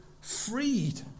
freed